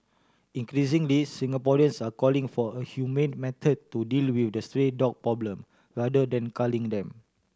increasingly Singaporeans are calling for a humane method to deal with the stray dog problem rather than culling them